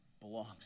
belongs